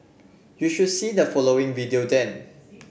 you should see the following video then